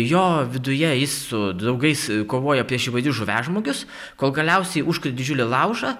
jo viduje jis su draugais kovoja prieš įvairius žuviažmogius kol galiausiai užkuria didžiulį laužą